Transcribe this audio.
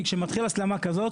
כי כשמתחילה הסלמה כזאת,